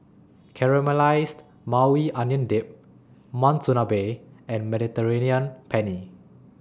Caramelized Maui Onion Dip Monsunabe and Mediterranean Penne